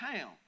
town